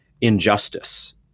injustice